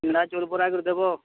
ସିଙ୍ଗ୍ଡ଼ା ଚଉଲ୍ ବରା କରି ଦେବ